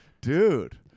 Dude